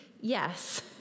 Yes